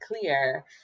clear